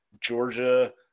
Georgia